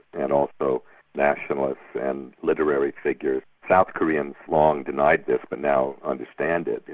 and also nationalists and literary figures. south koreans long denied this, but now understand it,